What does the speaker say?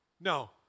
No